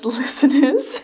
listeners